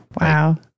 Wow